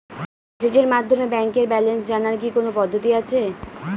মেসেজের মাধ্যমে ব্যাংকের ব্যালেন্স জানার কি কোন পদ্ধতি আছে?